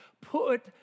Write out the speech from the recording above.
Put